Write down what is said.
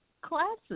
classes